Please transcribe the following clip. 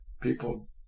people